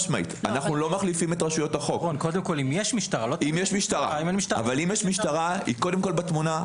לא מחליפים את רשויות החוק - אם יש משטרה היא בתמונה.